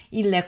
il